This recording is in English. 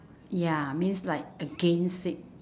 ya means like against it